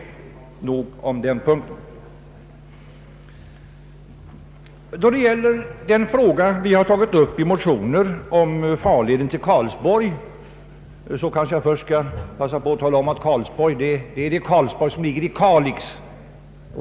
Nog sagt om den punkten. Beträffande den fråga som vi har tagit upp i motioner om farleden till Karlsborg kanske jag först, till undvikande av missförstånd, skall tala om att det rör sig om det Karlsborg som ligger i Kalix.